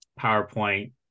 PowerPoint